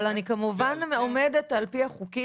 אבל אני כמובן עומדת על פי החוקים,